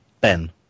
ben